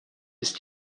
ist